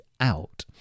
out